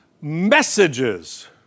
messages